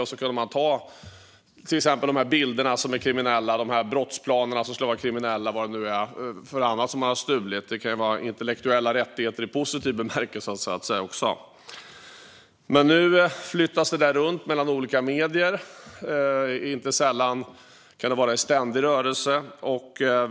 Det räckte för att man skulle kunna ta ifrån de kriminella till exempel de bilder och de brottsplaner eller vad det nu kunde vara som de hade stulit. Det kan ju också handla om intellektuella rättigheter i positiv bemärkelse. Men nu flyttas det där runt mellan olika medier, inte sällan i ständig rörelse.